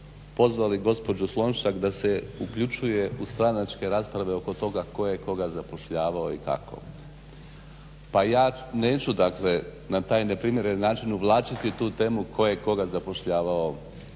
pozvali gospođu Slonjšak da se uključuje u stranačke rasprave oko toga tko je koga zapošljavao i kako. Pa ja neću dakle na taj neprimjeren način uvlačiti tu temu tko je koga zapošljavao